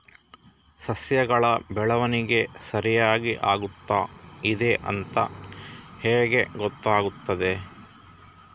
ಸಸ್ಯಗಳ ಬೆಳವಣಿಗೆ ಸರಿಯಾಗಿ ಆಗುತ್ತಾ ಇದೆ ಅಂತ ಹೇಗೆ ಗೊತ್ತಾಗುತ್ತದೆ?